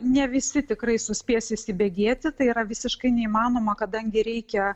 ne visi tikrai suspės įsibėgėti tai yra visiškai neįmanoma kadangi reikia